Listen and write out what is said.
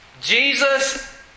Jesus